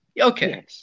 okay